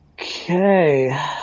Okay